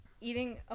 eating